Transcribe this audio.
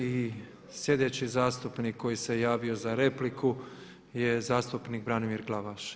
I sljedeći zastupnik koji se javio za repliku je zastupnik Branimir Glavaš.